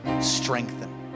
strengthen